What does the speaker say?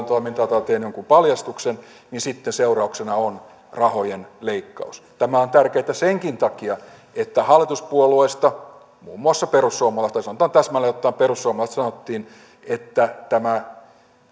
toimintaa tai teen jonkun paljastuksen niin sitten seurauksena on rahojen leikkaus tämä on tärkeätä senkin takia että hallituspuolueista muun muassa perussuomalaisista tai sanotaan täsmälleen ottaen perussuomalaisista sanottiin että tämä